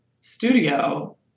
studio